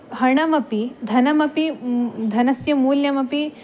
धनमपि धनमपि धनस्य मूल्यमपि